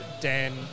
Dan